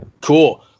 Cool